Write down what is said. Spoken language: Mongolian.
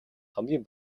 хамгийн